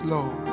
Lord